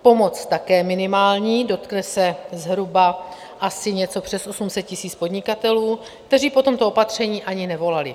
Pomoc také minimální, dotkne se zhruba asi něco přes 800 tisíc podnikatelů, kteří po tomto opatření ani nevolali.